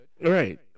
Right